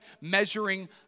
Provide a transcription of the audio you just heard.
measuring